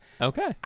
Okay